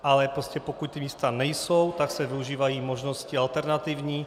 Ale prostě pokud ta místa nejsou, tak se využívají možnosti alternativní.